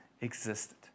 existed